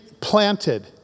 planted